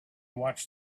watched